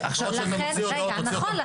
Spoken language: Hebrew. נכון,